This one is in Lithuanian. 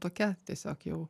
tokia tiesiog jau